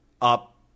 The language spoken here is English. up